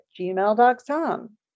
gmail.com